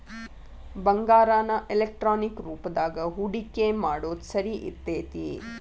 ಬಂಗಾರಾನ ಎಲೆಕ್ಟ್ರಾನಿಕ್ ರೂಪದಾಗ ಹೂಡಿಕಿ ಮಾಡೊದ್ ಸರಿ ಇರ್ತೆತಿ